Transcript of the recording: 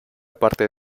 parte